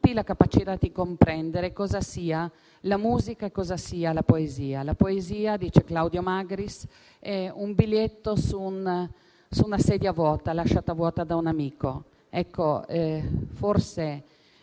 la capacità di comprendere cosa siano la musica e la poesia. La poesia, dice Claudio Magris, è un biglietto su una sedia vuota, lasciata vuota da un amico. Forse